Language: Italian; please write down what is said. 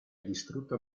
distrutto